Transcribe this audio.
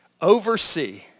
Oversee